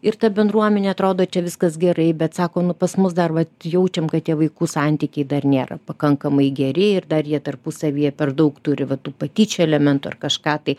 ir ta bendruomenė atrodo čia viskas gerai bet sako nu pas mus dar vat jaučiam kad tie vaikų santykiai dar nėra pakankamai geri ir dar jie tarpusavyje per daug turi va tų patyčių elementų ar kažką tai